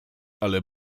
ale